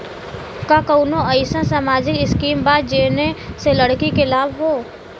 का कौनौ अईसन सामाजिक स्किम बा जौने से लड़की के लाभ हो?